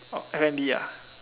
orh F and B ah